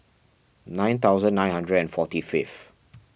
nine thousand nine hundred and forty fifth